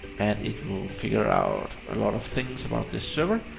and it will figure out a lot of things about this server,